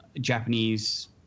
Japanese